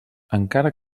encara